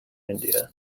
india